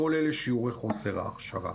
כל אלה שיעורי חוסר ההכשרה.